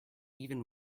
even